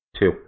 Two